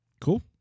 Cool